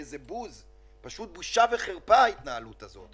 פשוט בושה וחרפה ההתנהלות הזאת.